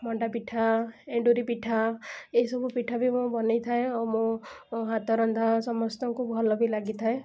ମଣ୍ଡାପିଠା ଏଣ୍ଡୁରି ପିଠା ଏସବୁ ପିଠା ବି ମୁଁ ବନାଇଥାଏ ଆଉ ମୋ ହାତ ରନ୍ଧା ସମସ୍ତଙ୍କୁ ଭଲ ବି ଲାଗିଥାଏ